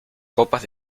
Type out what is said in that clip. copas